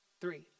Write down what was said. Three